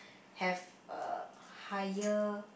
have a higher